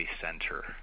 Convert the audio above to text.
center